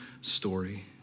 story